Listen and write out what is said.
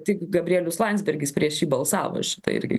tik gabrielius landsbergis prieš jį balsavo šitą irgi